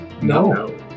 No